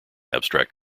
abstract